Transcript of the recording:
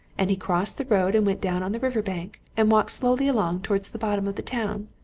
and he crossed the road and went down on the river-bank, and walked slowly along towards the bottom of the town.